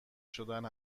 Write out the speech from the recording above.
شدن